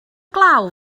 glaw